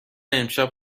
امشب